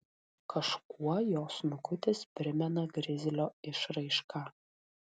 kažkuo jo snukutis primena grizlio išraišką